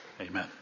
Amen